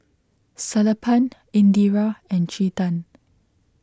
Sellapan Indira and Chetan